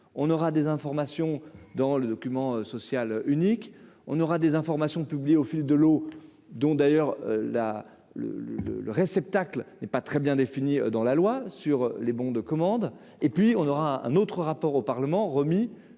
on aura des informations dans le document social unique, on aura des informations publiées au fil de l'eau, dont d'ailleurs là le le le réceptacle n'est pas très bien définie dans la loi sur les bons de commande et puis on aura un autre rapport au Parlement remis